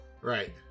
Right